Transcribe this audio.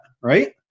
right